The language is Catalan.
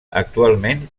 actualment